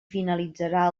finalitzarà